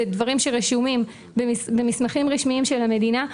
זה דברים שרשומים במסמכים רשמיים של המדינה,